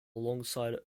alongside